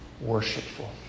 worshipful